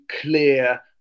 clear